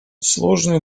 сложную